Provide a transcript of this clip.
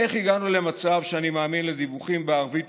איך הגענו למצב שאני מאמין לדיווחים בערבית